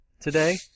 today